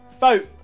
Vote